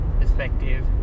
perspective